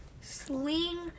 sling